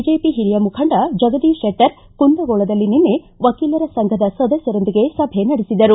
BJP ಹಿರಿಯ ಮುಖಂಡ ಜಗದೀಶ್ ಶೆಟ್ಟರ್ ಕುಂದಗೋಳದಲ್ಲಿ ನಿನ್ನೆ ವಕೀಲರ ಸಂಘದ ಸದಸ್ನರೊಂದಿಗೆ ಸಭೆ ನಡೆಸಿದರು